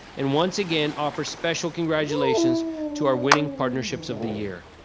and once again, offer special congratulations to our winning partnerships of the year.